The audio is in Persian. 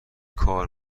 کار